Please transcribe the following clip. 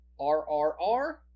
RRR